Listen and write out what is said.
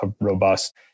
robust